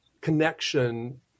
connection